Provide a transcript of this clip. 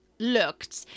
looked